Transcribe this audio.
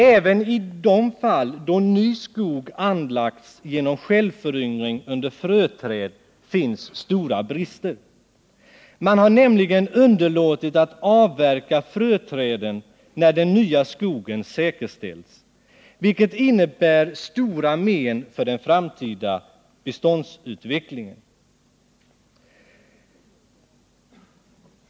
Ävenii de fall då ny skog anlagts genom självföryngring under fröträd finns stora brister. Man har nämligen underlåtit att avverka fröträden när den nya skogen säkerställts, vilket varit till stort men för den framtida beståndsutvecklingen.